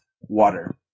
water